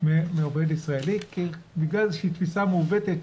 מעובד ישראלי בגלל איזו שהיא תפיסה מעוותת,